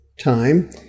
Time